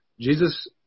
Jesus